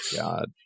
god